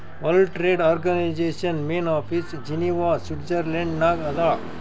world Trade Organisation main office Geneva Switzerland ನಾಗ್ ಅದಾ